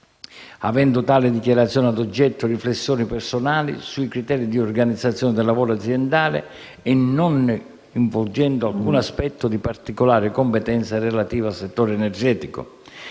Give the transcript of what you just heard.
avendo tali dichiarazioni ad oggetto riflessioni personali sui criteri di organizzazione del lavoro aziendale e non coinvolgendo alcun aspetto di particolare competenza relativo al settore energetico.